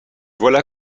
voilà